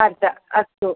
अर्धम् अस्तु